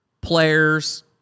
players